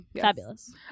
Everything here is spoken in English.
Fabulous